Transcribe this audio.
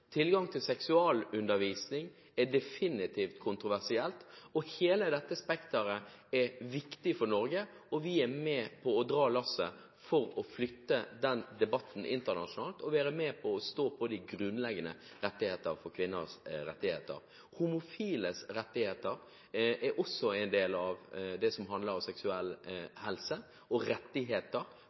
Tilgang til seksualundervisning er definitivt kontroversielt. Hele dette spekteret er viktig for Norge, og vi er med på å dra lasset for å flytte den debatten internasjonalt og være med på å stå på de grunnleggende rettigheter for kvinner. Homofiles rettigheter er også en del av det som handler om seksuell helse – og rettigheter